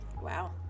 Wow